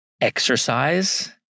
exercise